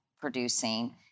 producing